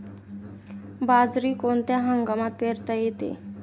बाजरी कोणत्या हंगामात पेरता येते?